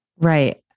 Right